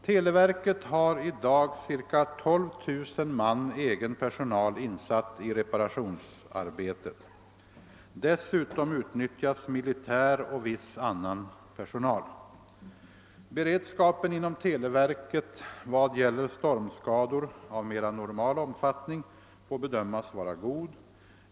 Televerket har i dag ca 12000 man egen personal insatt i reparationsarbetet. Dessutom utnyttjas militär och viss annan personal. Beredskapen inom televerket vad gäller stormskador av mera normal omfattning får bedömas vara god.